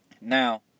now